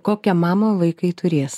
kokiu kokią mamą vaikai turės